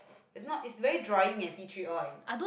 if not it's very drying eh tea tree oil